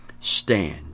stand